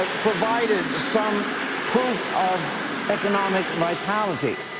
ah provided some proof of economic vitality.